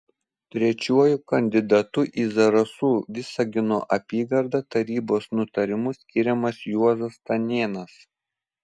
trečiuoju kandidatu į zarasų visagino apygardą tarybos nutarimu skiriamas juozas stanėnas